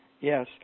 yes